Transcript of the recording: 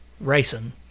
racing